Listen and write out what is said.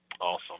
Awesome